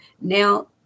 Now